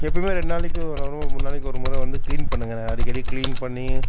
எப்போயுமே ரெண்டு நாளைக்கு ஒரு மூணு நாளைக்கு ஒரு முறை வந்து க்ளீன் பண்ணுங்க அடிக்கடி க்ளீன் பண்ணி